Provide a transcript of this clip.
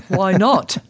why not?